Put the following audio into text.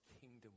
kingdom